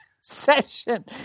session